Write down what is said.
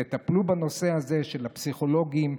תטפלו בנושא הזה של הפסיכולוגים,